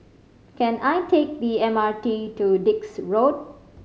can I take the M R T to Dix Road